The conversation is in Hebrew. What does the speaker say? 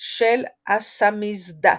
של הסאמיזדאט,